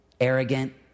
arrogant